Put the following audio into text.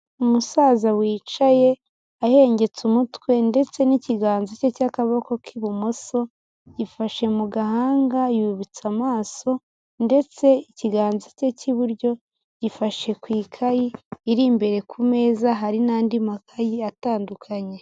Umusaza wicaye, ahengetse umutwe ndetse n'ikiganza ke cy'akaboko k'ibumoso, yifashe mu gahanga, yubitse amaso, ndetse ikiganza ke cy'iburyo gifashe ku ikayi iri imbere ku meza hari n'andi makayi atandukanye.